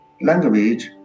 language